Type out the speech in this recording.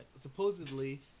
supposedly